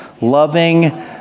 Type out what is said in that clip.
loving